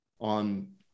on